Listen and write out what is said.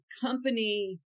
company